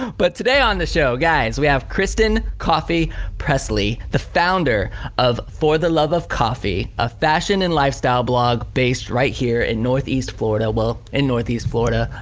but today on the show, guys, we have kristin coffey pressley, the founder of for the love of coffey, a fashion and lifestyle blog based right here in northeast florida. well, in northeast florida,